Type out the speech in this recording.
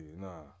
nah